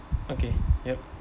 okay yup